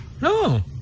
No